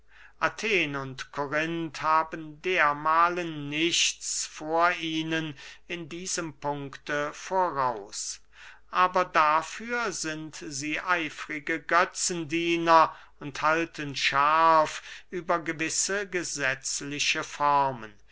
athen und korinth haben dermahlen nichts vor ihnen in diesem punkte voraus aber dafür sind sie eifrige götzendiener und halten scharf über gewisse gesetzliche formen